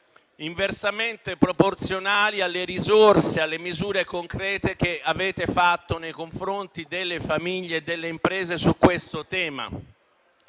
inversamente proporzionali alle risorse e alle misure concrete che avete predisposto per le famiglie e le imprese su questo tema.